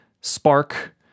Spark